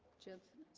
jensen